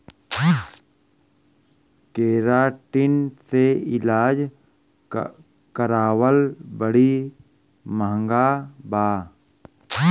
keratin से इलाज करावल बड़ी महँगा बा